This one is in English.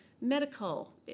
medical